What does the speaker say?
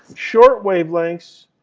short wavelengths,